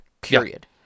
Period